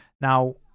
now